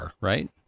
right